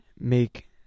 make